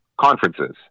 conferences